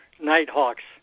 nighthawks